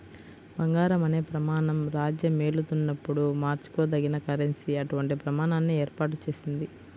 బంగారం అనే ప్రమాణం రాజ్యమేలుతున్నప్పుడు మార్చుకోదగిన కరెన్సీ అటువంటి ప్రమాణాన్ని ఏర్పాటు చేసింది